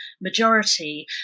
majority